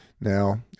now